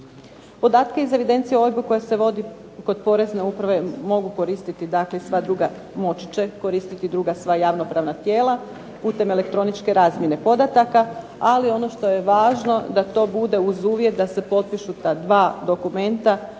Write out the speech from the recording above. Podatke iz evidencije OIB-a koja se vodi kod porezne uprave mogu koristiti dakle i sva druga, moći će koristiti i druga sva javno-pravna tijela putem elektroničke razmjene podataka. Ali ono što je važno da to bude uz uvjet da se potpišu ta dva dokumenta